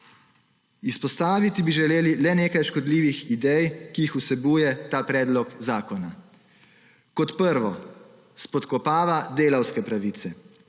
Izpostaviti bi želeli le nekaj škodljivih idej, ki jih vsebuje ta predlog zakona. Kot prvo spodkopava delavske pravice.